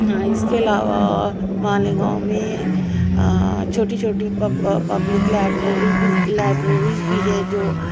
اس کے علاوہ مالیگاؤں میں چھوٹی چھوٹی پب پبلک لائبریری بھی لائبریریز بھی ہیں جو